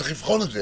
צריך לבחון את זה,